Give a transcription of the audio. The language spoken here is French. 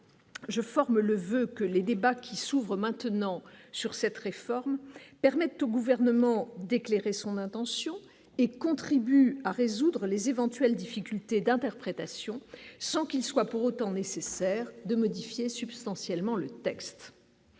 je forme le voeu que les débats qui s'ouvrent maintenant sur cette réforme permet au gouvernement d'éclairer son intention et contribue à résoudre les éventuelles difficultés d'interprétation sans qu'il soit pour autant nécessaire de modifier substantiellement le texte